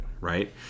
right